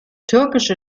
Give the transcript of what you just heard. türkische